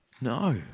no